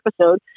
episode